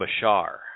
Bashar